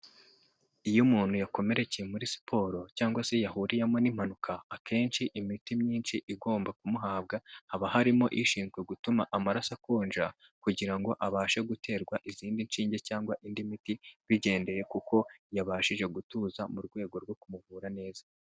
Iyo umuntu yakomerekeye muri siporo cyangwa se yahuriyemo n'impanuka, akenshi imiti myinshi igomba kumuhabwa, haba harimo ishinzwe gutuma amaraso akonja kugira ngo abashe guterwa izindi nshinge cyangwa indi miti, bigendeye kuko yabashije gutuza mu rwego rwo kumuvura neza.